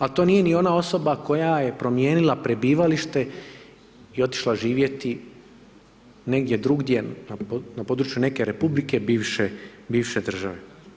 A to nije ni ona osoba koja je promijenila prebivalište i otišla živjeti negdje drugdje, na područje neke republike bivše države.